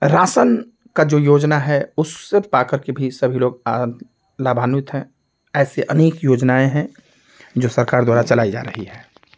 ration का जो योजना है उससे पाकर के भी सभी लोग आद लाभान्वित हैं ऐसे अनेक योजनाएँ हैं जो सरकार द्वारा चलाई जा रही हैं